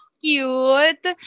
cute